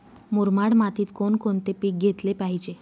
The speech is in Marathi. मुरमाड मातीत कोणकोणते पीक घेतले पाहिजे?